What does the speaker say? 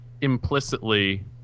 implicitly